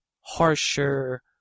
harsher